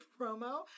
promo